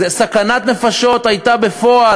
זו סכנת נפשות שהייתה בפועל.